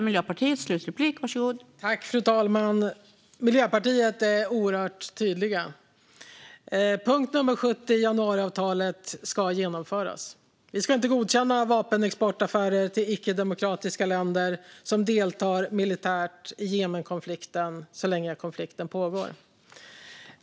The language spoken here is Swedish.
Fru talman! Miljöpartiet är oerhört tydligt. Punkt 70 i januariavtalet ska genomföras. Vi ska inte godkänna vapenexportaffärer till icke-demokratiska länder som deltar militärt i Jemenkonflikten så länge konflikten pågår.